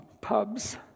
pubs